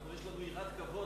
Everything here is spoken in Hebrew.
אין נמנעים.